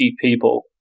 people